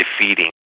defeating